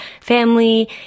family